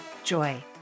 joy